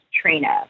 Trina